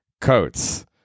coats